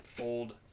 Old